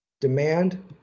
Demand